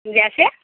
जैसे